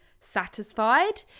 satisfied